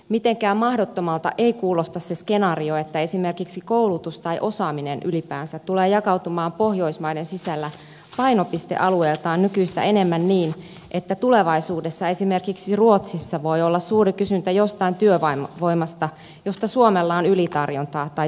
mitenkään mahdottomalta ei kuulosta se skenaario että esimerkiksi koulutus tai osaaminen ylipäänsä tulee jakautumaan pohjoismaiden sisällä painopistealueeltaan nykyistä enemmän niin että tulevaisuudessa esimerkiksi ruotsissa voi olla suuri kysyntä jostain työvoimasta josta suomella on ylitarjontaa tai toisinpäin